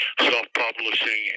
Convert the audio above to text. Self-publishing